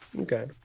Okay